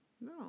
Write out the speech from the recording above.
No